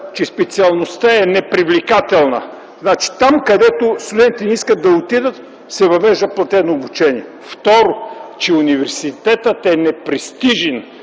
че специалността е непривлекателна. Значи там, където студентите не искат да отидат, се въвежда платено обучение. Второ, че университетът е непрестижен,